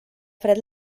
fred